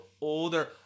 older